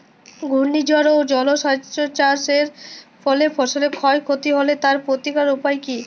ঘূর্ণিঝড় ও জলোচ্ছ্বাস এর ফলে ফসলের ক্ষয় ক্ষতি হলে তার প্রতিকারের উপায় কী?